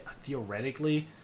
theoretically